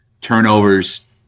turnovers